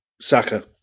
Saka